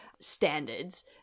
standards